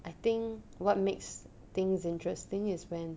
I think what makes things interesting is when